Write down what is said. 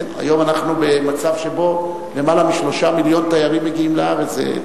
היום אנחנו במצב שבו למעלה מ-3 מיליון תיירים מגיעים לארץ.